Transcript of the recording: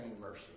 mercy